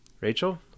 Rachel